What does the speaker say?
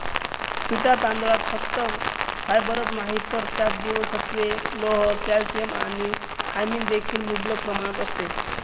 पिटा तांदळात फक्त फायबरच नाही तर त्यात जीवनसत्त्वे, लोह, कॅल्शियम आणि थायमिन देखील मुबलक प्रमाणात असते